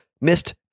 missed